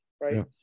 right